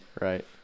Right